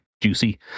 juicy